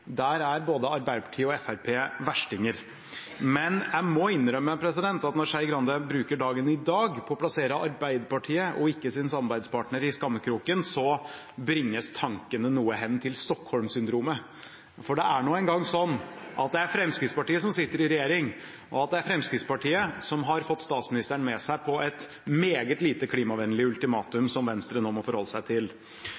Der er både Arbeiderpartiet og Fremskrittspartiet verstinger. Men jeg må innrømme at når Skei Grande bruker dagen i dag på å plassere Arbeiderpartiet og ikke sin samarbeidspartner i skammekroken, bringes tankene noe hen til Stockholmsyndromet. Det er nå engang slik at det er Fremskrittspartiet som sitter i regjering, og at det er Fremskrittspartiet som har fått statsministeren med seg på et meget lite klimavennlig ultimatum